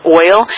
oil